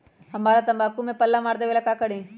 हमरा तंबाकू में पल्ला मार देलक ये ला का करी?